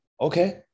okay